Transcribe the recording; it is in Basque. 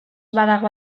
badago